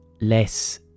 less